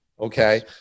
Okay